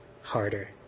harder